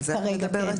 על זה את מדברת?